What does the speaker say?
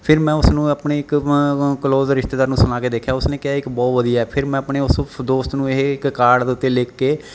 ਫਿਰ ਮੈਂ ਉਸਨੂੰ ਆਪਣੇ ਇੱਕ ਕਲੋਜ਼ ਰਿਸ਼ਤੇਦਾਰ ਨੂੰ ਸੁਣਾ ਕੇ ਦੇਖਿਆ ਉਸ ਨੇ ਕਿਹਾ ਇੱਕ ਬਹੁਤ ਵਧੀਆ ਫਿਰ ਮੈਂ ਆਪਣੇ ਉਸ ਦੋਸਤ ਨੂੰ ਇਹ ਇੱਕ ਕਾਰਡ ਦੇ ਉੱਤੇ ਲਿਖ ਕੇ